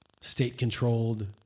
state-controlled